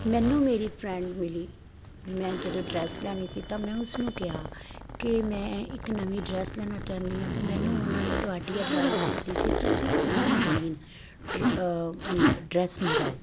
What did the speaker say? ਮੈਨੂੰ ਮੇਰੀ ਫਰੈਂਡ ਮਿਲੀ ਮੈਂ ਜਦੋਂ ਡਰੈਸ ਲੈਣੀ ਸੀ ਤਾਂ ਮੈਂ ਉਸਨੂੰ ਕਿਹਾ ਕਿ ਮੈਂ ਇੱਕ ਨਵੀਂ ਡਰੈਸ ਲੈਣਾ ਚਾਹੁੰਦੀ ਹਾਂ ਅਤੇ ਮੈਨੂੰ ਉਹਨਾਂ ਨੇ ਤੁਹਾਡੀ ਐਡਵਾਈਸ ਦਿੱਤੀ ਕਿ ਤੁਸੀਂ ਔਨਲਾਈਨ ਡ ਡਰੈਸ ਮੰਗਵਾਓ